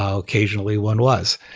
ah occasionally, one was.